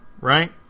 right